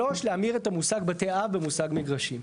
3. להמיר את המושג "בתי אב" במושג "מגרשים".